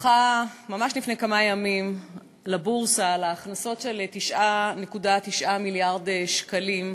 דיווחה ממש לפני כמה ימים לבורסה על הכנסות של 9.9 מיליארד שקלים,